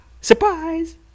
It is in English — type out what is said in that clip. surprise